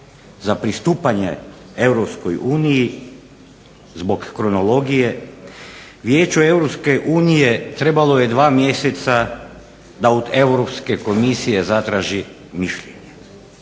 za pristupanje EU zbog kronologije Vijeću EU trebalo je 2 mjeseca da od Europske komisije